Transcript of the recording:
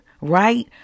right